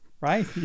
Right